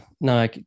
No